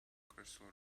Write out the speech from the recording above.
crystal